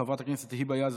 חברת הכנסת היבה יזבק,